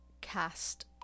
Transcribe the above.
cast